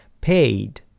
paid